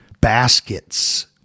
baskets